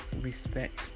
respect